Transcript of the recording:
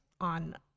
on